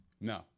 No